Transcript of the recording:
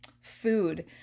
Food